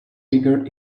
bigger